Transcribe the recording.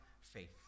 faith